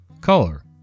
Color